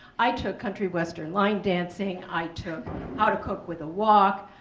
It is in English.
i took country western line dancing, i took how to cook with a wok,